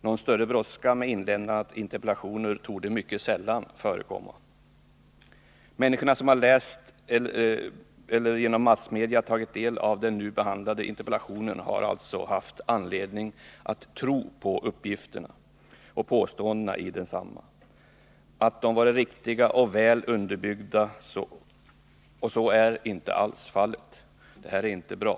Någon större brådska med inlämnandet av interpellationer torde mycket sällan föreligga. De människor som själva läst eller som genom massmedia tagit del av den interpellation som vi nu behandlar har alltså haft anledning att tro på uppgifterna och påståendena i densamma, att dessa har varit riktiga och väl underbyggda. Men så är alltså inte alls fallet, och det är inte bra.